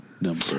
number